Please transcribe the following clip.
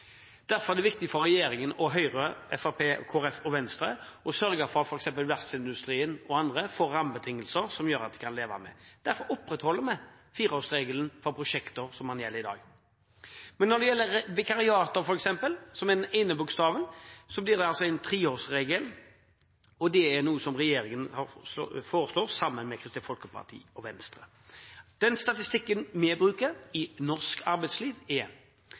Derfor er det viktig for regjeringen og Kristelig Folkeparti og Venstre å sørge for at f.eks. verftsindustrien og andre får rammebetingelser som de kan leve med. Derfor opprettholder vi fireårsregelen for prosjekter, slik man har det i dag. Når det f.eks. gjelder vikariater – den ene bokstaven – blir det en treårsregel. Det er noe regjeringen foreslår sammen med Kristelig Folkeparti og Venstre. Den statistikken vi bruker i norsk arbeidsliv, er: